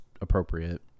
appropriate